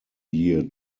year